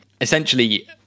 Essentially